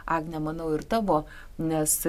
agne manau ir tavo nes